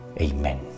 Amen